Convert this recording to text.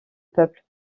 peuple